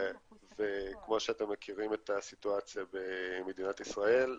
כמו שאתם מכירים את הסיטואציה במדינת ישראל,